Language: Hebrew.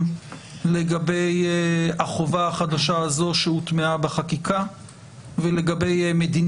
רק לגבי הזווית הזאת נבקש הבהרה לגבי מדיניות